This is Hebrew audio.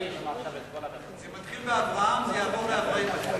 זה מתחיל מאברהם, וזה יעבור לאברהמל'ה.